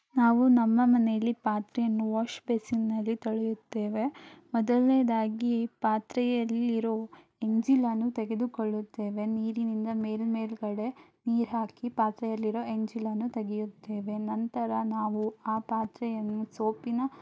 ನಾವು ನಮ್ಮ ಮನೆಯಲ್ಲಿ ಪಾತ್ರೆಯನ್ನು ವಾಶ್ ಬೇಸಿನ್ನಲ್ಲಿ ತೊಳೆಯುತ್ತೇವೆ ಮೊದಲನೇದಾಗಿ ಪಾತ್ರೆಯಲ್ಲಿರೊ ಎಂಜಲನ್ನು ತೆಗೆದುಕೊಳ್ಳುತ್ತೇವೆ ನೀರಿನಿಂದ ಮೇಲ್ಮೇಲುಗಡೆ ನೀರು ಹಾಕಿ ಪಾತ್ರೆಯಲ್ಲಿರೊ ಎಂಜಲನ್ನು ತೆಗೆಯುತ್ತೇವೆ ನಂತರ ನಾವು ಆ ಪಾತ್ರೆಯನ್ನು ಸೋಪಿನ